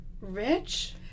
Rich